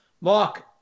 Mark